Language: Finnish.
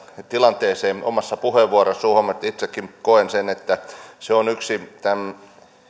tilanteeseen omassa puheenvuorossaan huomiota itsekin koen että se on yksi tämän